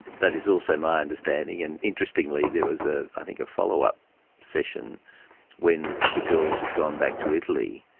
that is also my understanding, and interestingly there was ah i think a follow-up session when the girls had gone back to italy,